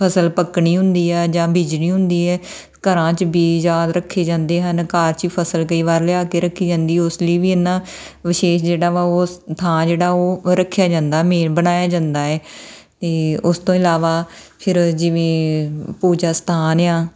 ਫ਼ਸਲ ਪੱਕਣੀ ਹੁੰਦੀ ਹੈ ਜਾਂ ਬੀਜਣੀ ਹੁੰਦੀ ਹੈ ਘਰਾਂ 'ਚ ਬੀਜ ਆਦਿ ਰੱਖੇ ਜਾਂਦੇ ਹਨ ਕਾਰ 'ਚ ਹੀ ਫ਼ਸਲ ਕਈ ਵਾਰ ਲਿਆ ਕੇ ਰੱਖੀ ਜਾਂਦੀ ਉਸ ਲਈ ਵੀ ਏਨਾ ਵਿਸ਼ੇਸ਼ ਜਿਹੜਾ ਵਾ ਉਹ ਸ ਥਾਂ ਜਿਹੜਾ ਉਹ ਰੱਖਿਆ ਜਾਂਦਾ ਮੇਨ ਬਣਾਇਆ ਜਾਂਦਾ ਹੈ ਅਤੇ ਉਸ ਤੋਂ ਇਲਾਵਾ ਫਿਰ ਜਿਵੇਂ ਪੂਜਾ ਸਥਾਨ ਇਆ